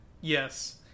Yes